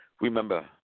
Remember